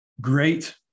Great